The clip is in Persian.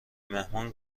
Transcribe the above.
مهمان